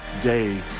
day